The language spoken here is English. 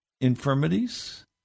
infirmities